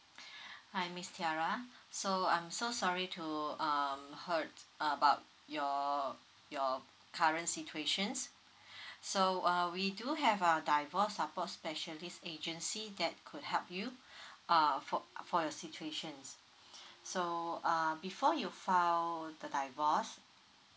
hi miss tiara so I'm so sorry to um heard about your your current situations so uh we do have our divorce specialist agency that could help you err for for your situation's so um before you file the divorce